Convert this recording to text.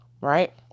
Right